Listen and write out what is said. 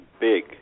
big